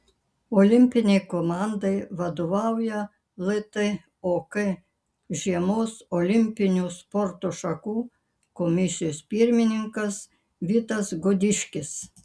olimpinei komandai vadovauja ltok žiemos olimpinių sporto šakų komisijos pirmininkas vitas gudiškis